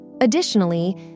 Additionally